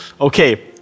okay